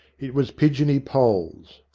it was pigeony poll's.